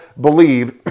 believe